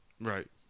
Right